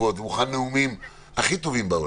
שאלות ותקבלו תשובות ותנאמו נאומים הכי טובים בעולם,